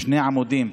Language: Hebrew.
שני עמודים.